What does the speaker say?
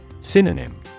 Synonym